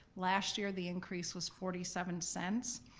last year, the increase was forty seven cents.